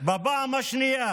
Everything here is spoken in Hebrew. בפעם השנייה